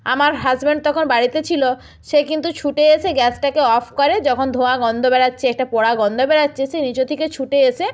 আমার হাসব্যান্ড তখন বাড়িতে ছিলো সে কিন্তু ছুটে এসে গ্যাসটাকে অফ করে যখন ধোঁয়া গন্ধ বেরোচ্ছে একটা পোড়া গন্দ বেরাচ্চে সে নিচে থেকে ছুটে এসে